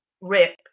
rip